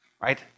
right